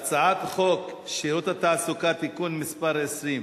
ההצעה להעביר את הצעת חוק שירות התעסוקה (תיקון מס' 20)